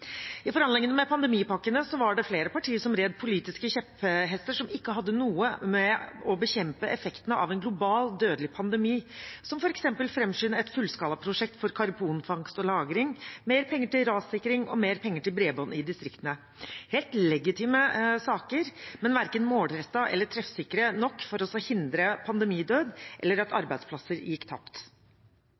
hadde noe med å bekjempe effektene av en global dødelig pandemi, som f.eks. å framskynde et fullskala prosjekt for karbonfangst og -lagring, mer penger til rassikring og mer penger til bredbånd i distriktene – helt legitime saker, men verken målrettede eller treffsikre nok for å hindre pandemidød eller at arbeidsplasser gikk tapt.